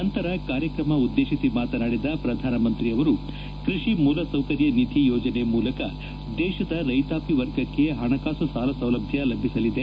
ನಂತರ ಕಾರ್ಯಕ್ರಮ ಉದ್ದೇಶಿಸಿ ಮಾತನಾಡಿದ ಪ್ರಧಾನಮಂತ್ರಿ ಕ್ಬಡಿ ಮೂಲಸೌಕರ್ಯ ನಿಧಿ ಯೋಜನೆ ಮೂಲಕ ದೇಶದ ರೈತಾಪಿ ವರ್ಗಕ್ಕೆ ಹಣಕಾಸು ಸಾಲ ಸೌಲಭ್ಯ ಲಭಿಸಲಿದೆ